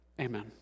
Amen